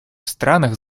странах